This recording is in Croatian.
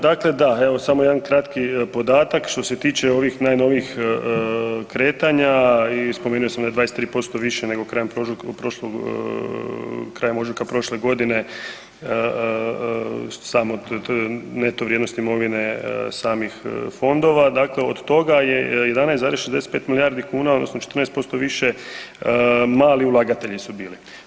Dakle, da, evo samo jedan kratki podatak što se tiče ovih najnovijih kretanja i spomenuo sam 23% više nego krajem ožujka prošle godine sama neto vrijednost imovine samih fondova, dakle od toga je 11,65 milijardi kuna odnosno 14% više mali ulagatelji su bili.